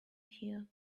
here